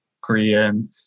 Korean